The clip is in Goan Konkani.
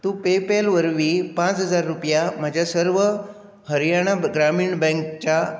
तूं पेपॅल वरवीं पांच हजार रुपया म्हज्या सर्व हरियाणा ग्रामीण बँक च्या